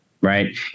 right